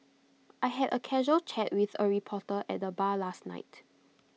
I had A casual chat with A reporter at the bar last night